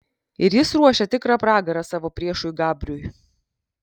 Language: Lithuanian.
ir jis ruošia tikrą pragarą savo priešui gabriui